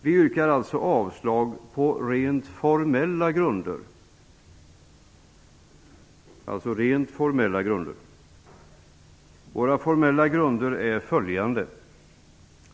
Vi yrkar alltså avslag på rent formella grunder. Våra formella grunder är följande.